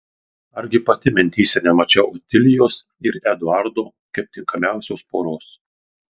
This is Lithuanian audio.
argi pati mintyse nemačiau otilijos ir eduardo kaip tinkamiausios poros